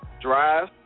drive